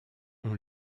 ont